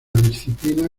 disciplina